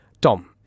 Dom